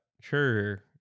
sure